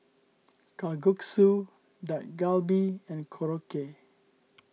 Kalguksu Dak Galbi and Korokke